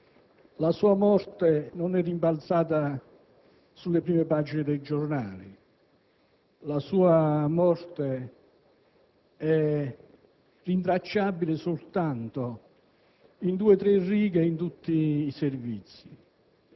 La sua morte non è rimbalzata sulle prime pagine dei giornali, è rintracciabile soltanto in due o tre righe in tutti i servizi